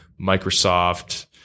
Microsoft